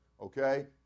okay